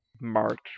March